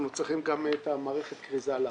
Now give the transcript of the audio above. אנחנו צריכים להחליף גם את מערכת הכריזה.